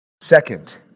Second